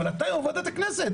אבל אתה יושב-ראש ועדת הכנסת.